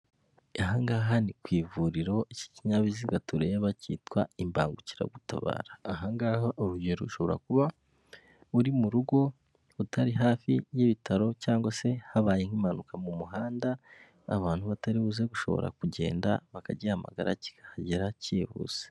Aha ngaha ni ku ivuriro iki kinyabiziga tureba cyitwa imbangukiragutabara, aha ngaha urugero, ushobora kuba uri mu rugo utari hafi y'ibitaro cyangwa se habaye nk'impanuka mu muhanda abantu batari buze gushobora kugenda bakagihamagara kikahagera cyihuse.